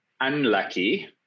unlucky –